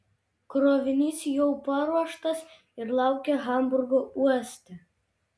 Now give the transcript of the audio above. krovinys jau paruoštas ir laukia hamburgo uoste